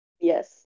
Yes